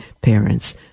parents